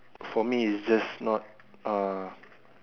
for me is just not uh